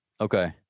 Okay